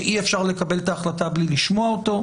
שאי-אפשר לקבל את ההחלטה בלי לשמוע אותו,